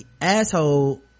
asshole